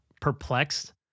perplexed